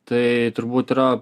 tai turbūt yra